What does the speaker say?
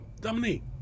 Dominique